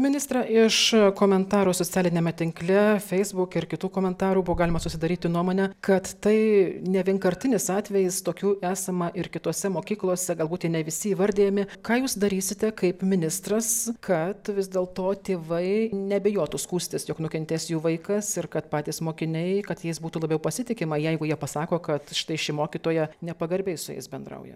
ministre iš komentarų socialiniame tinkle facebook ir kitų komentarų buvo galima susidaryti nuomonę kad tai ne vienkartinis atvejis tokių esama ir kitose mokyklose galbūt jie ne visi įvardijami ką jūs darysite kaip ministras kad vis dėlto tėvai nebijotų skųstis jog nukentės jų vaikas ir kad patys mokiniai kad jais būtų labiau pasitikima jeigu jie pasako kad štai ši mokytoja nepagarbiai su jais bendrauja